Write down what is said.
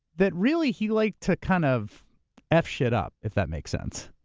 that really he liked to kind of f shit up, if that makes sense.